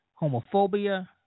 homophobia